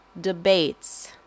debates